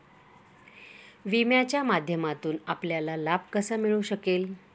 विम्याच्या माध्यमातून आपल्याला लाभ कसा मिळू शकेल?